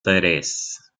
tres